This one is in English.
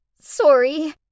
sorry